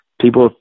people